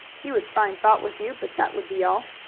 he would find fault with you, but that would be all.